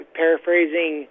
paraphrasing